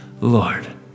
Lord